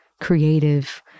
creative